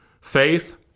faith